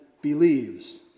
believes